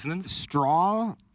straw